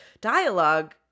dialogue